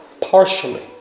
partially